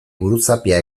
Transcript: buruzapia